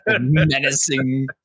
menacing